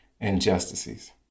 injustices